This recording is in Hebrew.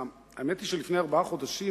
האמת היא שלפני ארבעה חודשים,